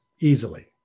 easily